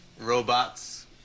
robots